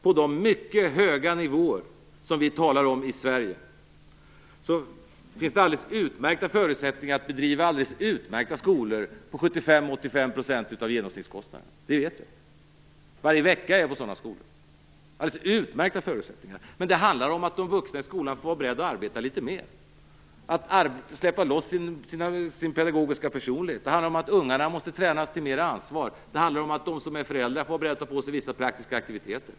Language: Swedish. På de mycket höga nivåer som vi talar om i Sverige finns det alldeles utmärkta förutsättningar att bedriva alldeles utmärkta skolor på 75-85 % av genomsnittskostnaden. Det vet jag. Varje vecka är jag på sådana skolor. Men det handlar om att de vuxna i skolan får vara beredda att arbeta litet mer och att släppa loss sin pedagogiska personlighet. Det handlar om att ungarna måste tränas till mer ansvar, och det handlar om att föräldrarna får vara beredda att ta på sig vissa praktiska aktiviteter.